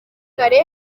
kare